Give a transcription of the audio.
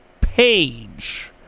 page